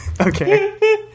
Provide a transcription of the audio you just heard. Okay